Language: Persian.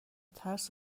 ترس